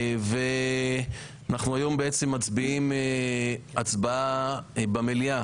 אנחנו היום בעצם מצביעים הצבעה במליאה